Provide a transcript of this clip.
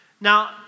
Now